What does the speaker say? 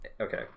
Okay